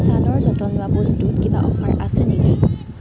ছালৰ যতন লোৱা বস্তুত কিবা অফাৰ আছে নেকি